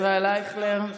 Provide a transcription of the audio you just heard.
ישראל אייכלר.